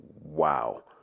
wow